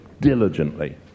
diligently